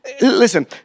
listen